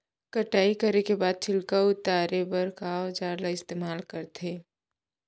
कटाई करे के बाद छिलका ल उतारे बर का औजार ल इस्तेमाल करथे?